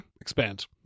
expand